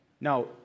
Now